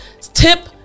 tip